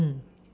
mm